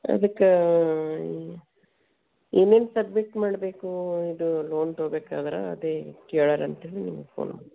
ಅದಕ್ಕೆ ಏನೇನು ಸಬ್ಮಿಟ್ ಮಾಡಬೇಕು ಇದು ಲೋನ್ ತೊಗೊಬೇಕಾದ್ರೆ ಅದೇ ಕೇಳೋಣಂತ ಹೇಳಿ ನಿಮ್ಗೆ ಫೋನ್